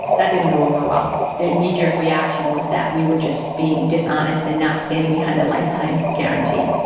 that didn't go over well their knee-jerk reaction was that we were just being dishonest and not standing behind that lifetime guarantee,